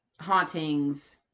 hauntings